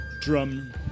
drum